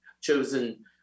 chosen